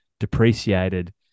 depreciated